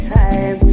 time